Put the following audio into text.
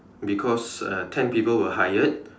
because uh ten people were hired